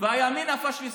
והימין הפשיסטי.